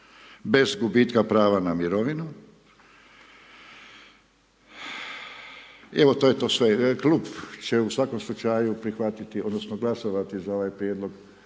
bez gubitka prava na mirovinu. Evo to je to sve. Klub će u svakom slučaju prihvatiti, odnosno glasovati za ovaj Prijedlog